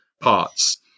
parts